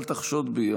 אל תחשוד בי,